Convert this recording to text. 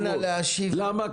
למה?